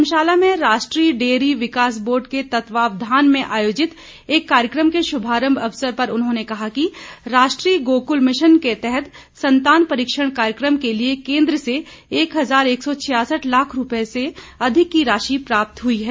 धर्मशाला में राष्ट्रीय डेयरी विकास बोर्ड को तत्वावधान में आयोजित एक कार्यक्रम के शुभारंभ अवसर पर उन्होंने कहा कि राष्ट्रीय गोकुल मिशन के तहत संतान परीक्षण कार्यक्रम के लिए केंद्र से एक हजार एक सौ छियासठ लाख रुपए से अधिक की राशि प्राप्त हुई है